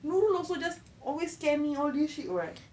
nurul also just always scare me all this shit [what]